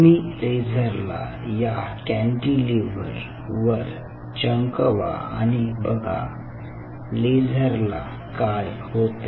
तुम्ही लेझर ला या कॅन्टीलिव्हर वर चमकवा आणि बघा लेझरला काय होते